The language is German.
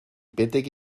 bettdecke